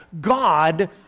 God